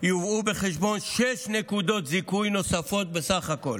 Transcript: יובאו בחשבון שש נקודות זיכוי נוספות בסך הכול